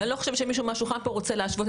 ואני לא חושבת שמישהו סביב לשולחן פה רוצה לנהוג